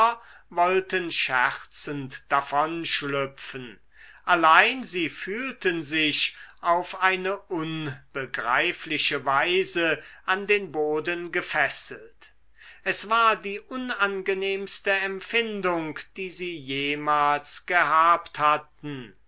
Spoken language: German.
wollten scherzend davonschlüpfen allein sie fühlten sich auf eine unbegreifliche weise an den boden gefesselt es war die unangenehmste empfindung die sie jemals gehabt hatten